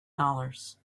dollars